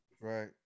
Right